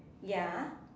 ya